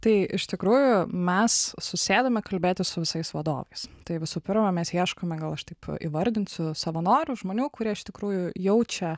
tai iš tikrųjų mes susėdome kalbėtis su visais vadovais tai visų pirma mes ieškome gal aš taip įvardinsiu savanorių žmonių kurie iš tikrųjų jaučia